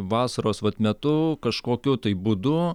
vasaros metu kažkokiu tai būdu